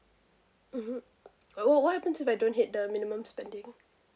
mmhmm what happens if I don't hit the minimum spending